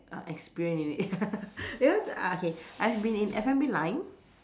uh experience in it because uh okay I've been in F&B line